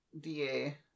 DA